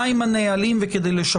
מהן הנהלים וכדי לשפר.